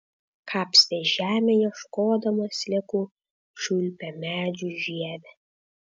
kapstė žemę ieškodama sliekų čiulpė medžių žievę